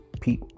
Pete